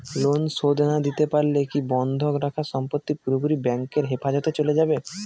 Loan শোধ না দিতে পারলে কি বন্ধক রাখা সম্পত্তি পুরোপুরি ব্যাংকের হেফাজতে চলে যাবে?